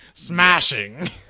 smashing